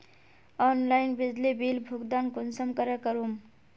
Online बिजली bill भुगतान कुंसम करे करूम?